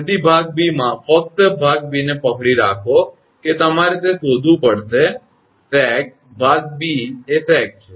તેથી ભાગ b માં ફક્ત ભાગ b ને પકડી રાખો કે તમારે તે શોધવું પડશે કે સેગ ભાગ b એ સેગ છે